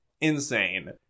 insane